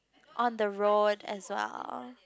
on the role as well